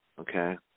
okay